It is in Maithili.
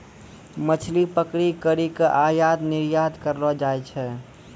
मछली पकड़ी करी के आयात निरयात करलो जाय छै